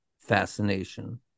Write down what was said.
fascination